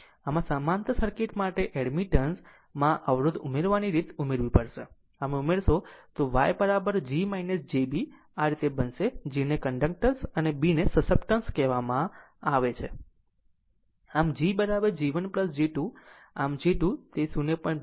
આમ સમાંતર સર્કિટ માટે એડમિટન્સ માં અવરોધ ઉમેરવાની રીત ઉમેરવી પડશે આમ જો આ ઉમેરશે તો તે Y g j b આ રીતે બનશે g ને કન્ડક્ટન્સ અને b ને સસપટન્સ કહે છે આમ gg 1 g 2 આમ g2